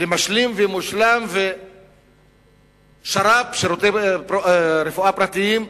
למשלים ומושלם, ושר"פ, שירותי רפואה פרטיים.